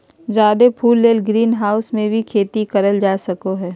जादे फूल ले ग्रीनहाऊस मे भी खेती करल जा सको हय